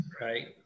right